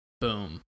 Boom